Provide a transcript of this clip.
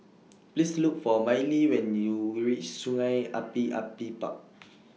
Please Look For Mylie when YOU REACH Sungei Api Api Park